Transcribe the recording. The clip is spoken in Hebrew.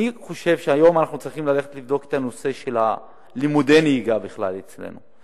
אני חושב לבדוק את הנושא של לימודי נהיגה אצלנו בכלל.